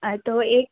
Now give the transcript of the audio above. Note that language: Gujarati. આ તો એ